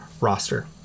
roster